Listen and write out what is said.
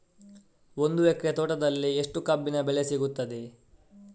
ಒಂದು ಎಕರೆ ತೋಟದಲ್ಲಿ ಎಷ್ಟು ಕಬ್ಬಿನ ಬೆಳೆ ಸಿಗುತ್ತದೆ?